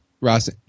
Ross